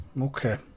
Okay